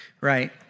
right